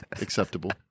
Acceptable